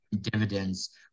dividends